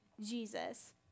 Jesus